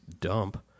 dump